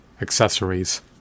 accessories